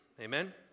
Amen